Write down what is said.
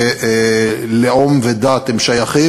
לאום ודת הם שייכים,